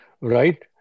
right